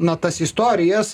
na tas istorijas